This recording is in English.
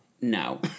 no